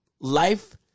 life